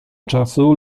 czasu